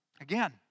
Again